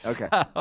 Okay